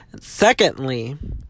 Secondly